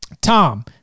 Tom